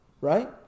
Right